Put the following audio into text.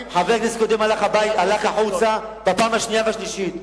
חבר הכנסת קודם יצא החוצה, בפעם השנייה והשלישית.